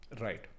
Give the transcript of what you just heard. Right